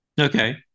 Okay